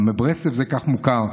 גם בברסלב זה מוכר כך.